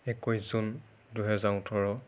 একৈছ জুন দুহেজাৰ ওঠৰ